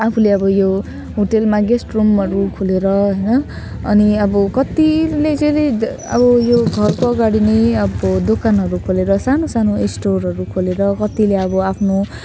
आफूले अब यो होटेलमा गेस्टरुमहरू खोलेर होइन अनि अब कतिले यसरी अब घरको अगाडि नै यो दोकानहरू खोलेर सानो सानो स्टोरहरू खोलेर कतिले अब आफ्नो